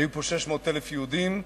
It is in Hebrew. היו פה 600,000 יהודים,